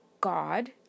God